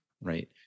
right